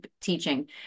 Teaching